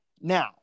Now